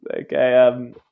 Okay